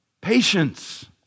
Patience